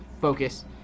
Focus